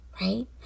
right